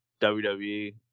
WWE